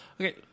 okay